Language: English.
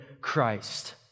Christ